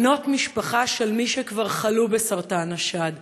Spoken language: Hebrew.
בנות משפחה של מי שכבר חלו בסרטן השד.